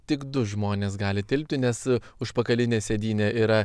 tik du žmonės gali tilpti nes užpakalinė sėdynė yra